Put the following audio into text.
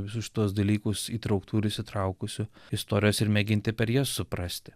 visus šituos dalykus įtrauktų ir įsitraukusių istorijas ir mėginti per jas suprasti